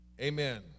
Amen